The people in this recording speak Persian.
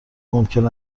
ممکن